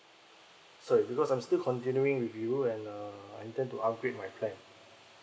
sorry because I'm still continuing with you and uh I intend to upgrade my plan